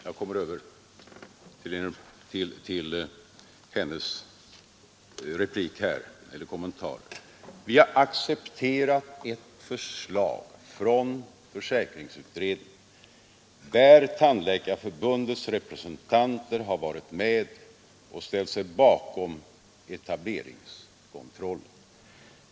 Jag kommer då över till fru Nettelbrandts kommentar. Vi har accepterat ett förslag från försäkringsutredningen, där Tandläkarförbundets representanter har varit med och ställt sig bakom etableringskontrollen.